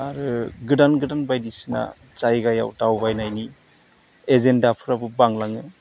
आरो गोदान गोदान बायदिसिना जायगायाव दावबायनायनि एजेन्दाफ्राबो बांलाङो